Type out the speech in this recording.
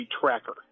tracker